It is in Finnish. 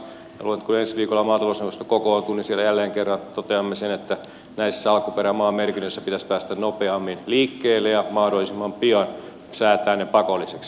minä luulen että kun ensi viikolla maatalousneuvosto kokoontuu niin siellä jälleen kerran toteamme sen että näissä alkuperämaamerkinnöissä pitäisi päästä nopeammin liikkeelle ja mahdollisimman pian säätää ne pakollisiksi